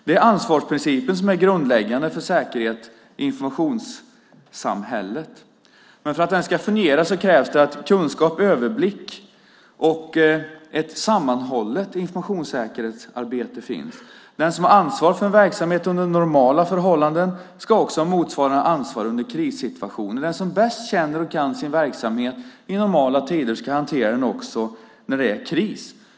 Det är ansvarsprincipen som är grundläggande för säkerhet i informationssamhället. För att den ska fungera krävs det att kunskap, överblick och ett sammanhållet informationssäkerhetsarbete finns. Den som har ansvar för en verksamhet under normala förhållanden ska också ha motsvarande ansvar under krissituationer. Den som bäst känner och kan sin verksamhet i normala tider ska hantera den också när det är kris.